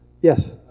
Yes